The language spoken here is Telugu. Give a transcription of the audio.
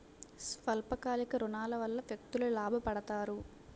స్వల్ప కాలిక ఋణాల వల్ల వ్యక్తులు లాభ పడతారు